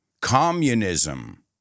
communism